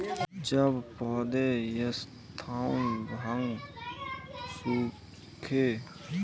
जब पौधे यथासंभव सूखे होते हैं अनाज की कटाई करना महत्वपूर्ण होता है